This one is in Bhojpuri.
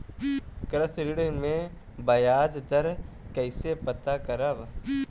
कृषि ऋण में बयाज दर कइसे पता करब?